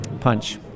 punch